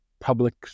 public